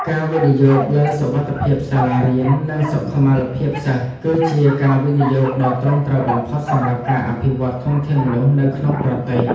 ការវិនិយោគលើសុវត្ថិភាពសាលារៀន និងសុខុមាលភាពសិស្ស គឺជាការវិនិយោគដ៏ត្រឹមត្រូវបំផុតសម្រាប់ការអភិវឌ្ឍធនធានមនុស្សនៅក្នុងប្រទេស។